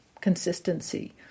consistency